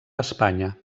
espanya